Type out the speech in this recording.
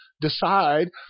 decide